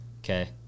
okay